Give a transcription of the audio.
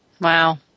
Wow